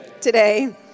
Today